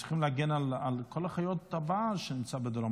אני רק רוצה להגיד: צריכים להגן על כל חיות הבית שנמצאות בדרום.